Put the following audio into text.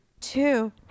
Two